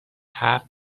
هفت